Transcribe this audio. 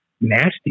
nasty